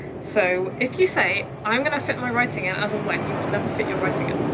so, if you say i'm gonna fit my writing in as a when you will never fit your writing in.